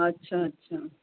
अछा अछा